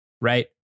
right